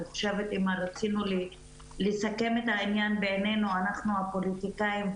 אם רצינו לסכם את העניין בינינו אנחנו הפוליטיקאים,